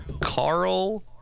carl